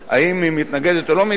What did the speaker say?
האם היא מתנגדת או לא מתנגדת,